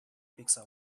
pizza